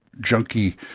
junky